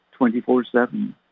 24-7